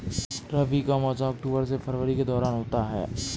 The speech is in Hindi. रबी का मौसम अक्टूबर से फरवरी के दौरान होता है